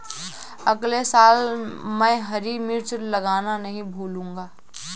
अगले साल मैं हरी मिर्च लगाना नही भूलूंगा